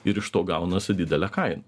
ir iš to gaunasi didelė kaina